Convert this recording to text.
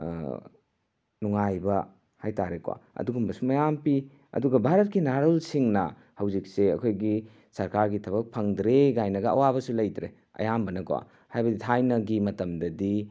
ꯅꯨꯡꯉꯥꯏꯕ ꯍꯥꯏꯇꯥꯔꯦꯀꯣ ꯑꯗꯨꯒꯨꯝꯕꯁꯨ ꯃꯌꯥꯝ ꯄꯤ ꯑꯗꯨꯒ ꯚꯥꯔꯠꯀꯤ ꯅꯍꯥꯔꯣꯜꯁꯤꯡꯅ ꯍꯧꯖꯤꯛꯁꯦ ꯑꯩꯈꯣꯏꯒꯤ ꯁꯔꯀꯥꯔꯒꯤ ꯊꯕꯛ ꯐꯪꯗ꯭ꯔꯦ ꯀꯥꯏꯅꯒ ꯑꯋꯥꯕꯁꯨ ꯂꯩꯇ꯭ꯔꯦ ꯑꯌꯥꯝꯕꯅꯀꯣ ꯍꯥꯏꯕꯗꯤ ꯊꯥꯏꯅꯒꯤ ꯃꯇꯝꯗꯗꯤ